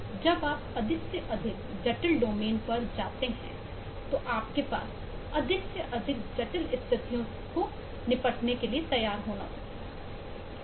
जब आप अधिक से अधिक जटिल डोमेन पर जाते हैं तो आपके पास अधिक से अधिक जटिल स्थितियों से निपटना होता है